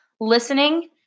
listening